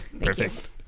Perfect